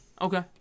Okay